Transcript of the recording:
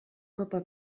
copa